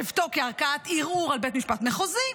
בשבתו כערכאת ערעור על בית משפט מחוזי,